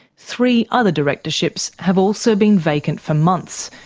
three other directorships have also been vacant for months,